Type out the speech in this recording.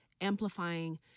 amplifying